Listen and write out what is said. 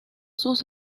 sus